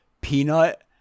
Peanut